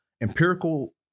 empirical